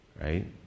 right